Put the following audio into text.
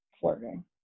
flirting